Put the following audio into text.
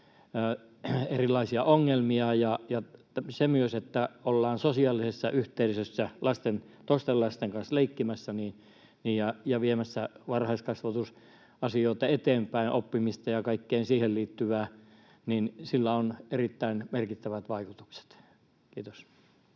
erilaisia ongelmia, ja sillä myös, että ollaan sosiaalisessa yhteisössä toisten lasten kanssa leikkimässä ja viemässä varhaiskasvatusasioita eteenpäin, oppimista ja kaikkea siihen liittyvää, on erittäin merkittävät vaikutukset. — Kiitos.